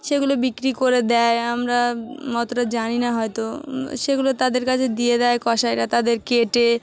সেগুলো বিক্রি করে দেয় আমরা অতটা জানি না হয়তো সেগুলো তাদের কাছে দিয়ে দেয় কসাইরা তাদের কেটে